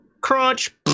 crunch